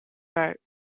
vote